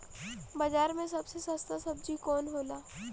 बाजार मे सबसे सस्ता सबजी कौन होला?